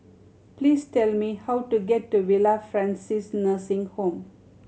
please tell me how to get to Villa Francis Nursing Home